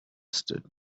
stood